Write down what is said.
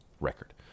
record